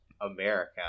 America